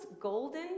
golden